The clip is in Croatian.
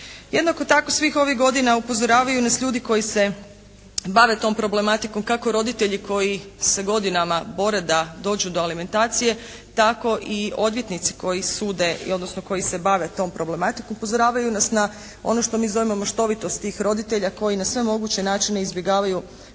Jednako tako svih ovih godina upozoravaju nas ljudi koji se bave tom problematikom, kako roditelji koji se godinama bore da dođu do alimentacije, tako i odvjetnici koji sude odnosno koji se bave tom problematikom upozoravaju nas na ono što mi zovemo maštovitost tih roditelja koji na sve moguće načine izbjegavaju platiti